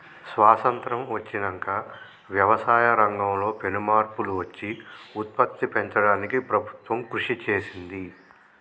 స్వాసత్రం వచ్చినంక వ్యవసాయ రంగం లో పెను మార్పులు వచ్చి ఉత్పత్తి పెంచడానికి ప్రభుత్వం కృషి చేసింది